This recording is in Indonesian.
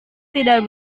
tidak